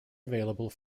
available